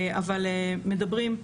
אבל מדברים.